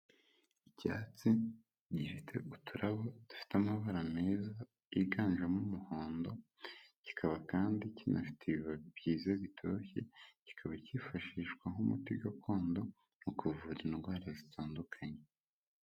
Icyatsi gifite uturabo dufite amabara meza yiganjemo umuhondo, kikaba kandi kinafite ibibabi byiza bitoshye, kikaba kifashishwa nk'umuti gakondo mu kuvura indwara zitandukanye.